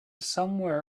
somewhere